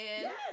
Yes